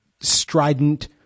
strident